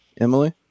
Emily